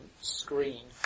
screen